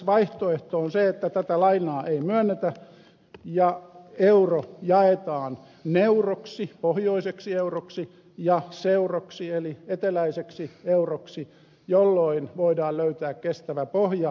vaihtoehto on se että tätä lainaa ei myönnetä ja euro jaetaan neuroksi pohjoiseksi euroksi ja seuroksi eli eteläiseksi euroksi jolloin voidaan löytää kestävä pohja